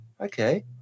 okay